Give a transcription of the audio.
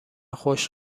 خوش